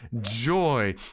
joy